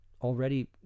already